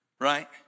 right